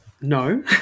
No